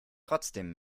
trotzdem